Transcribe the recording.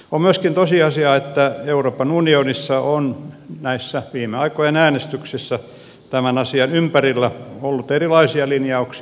on myöskin tosiasia että euroopan unionissa on näissä viime aikojen äänestyksissä tämän asian ympärillä ollut erilaisia linjauksia